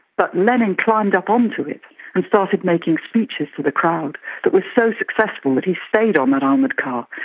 but lenin climbed up onto it and started making speeches to the crowd that were so successful that he stayed on that armoured car,